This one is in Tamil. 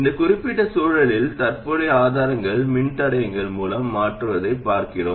இந்த குறிப்பிட்ட சூழலில் தற்போதைய ஆதாரங்களை மின்தடையங்கள் மூலம் மாற்றுவதைப் பார்க்கிறோம்